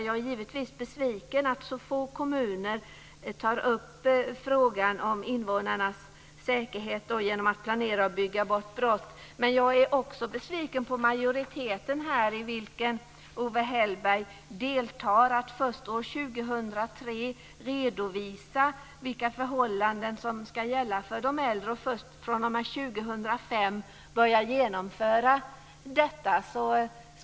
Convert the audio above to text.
Jag är givetvis besviken över att så få kommuner tar upp frågan om invånarnas säkerhet och försöker planera och bygga bort brott, men jag är också besviken på majoriteten här, i vilken Owe Hellberg deltar. Först år 2003 ska man redovisa vilka förhållanden som ska gälla för de äldre, och först fr.o.m. 2005 ska förslagen börja genomföras.